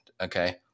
okay